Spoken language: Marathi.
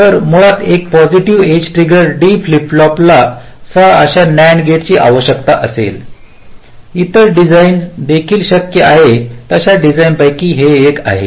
तर मुळात एक पॉसिटीव्ह एज ट्रिगर झाली D फ्लिप फ्लॉपला 6 अशा NAND गेटची आवश्यकता असेल इतर डिझाईन देखील शक्य आहेत अशा डिझाईनपैकी हे एक आहे